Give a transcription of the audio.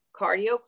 cardio